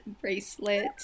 bracelet